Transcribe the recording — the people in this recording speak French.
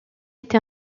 été